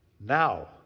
now